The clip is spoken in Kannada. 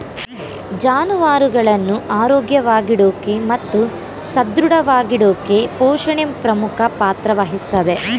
ಜಾನುವಾರುಗಳನ್ನ ಆರೋಗ್ಯವಾಗಿಡೋಕೆ ಮತ್ತು ಸದೃಢವಾಗಿಡೋಕೆಪೋಷಣೆ ಪ್ರಮುಖ ಪಾತ್ರ ವಹಿಸ್ತದೆ